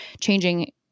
changing